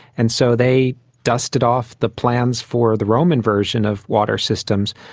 and so they dusted off the plans for the roman version of water systems,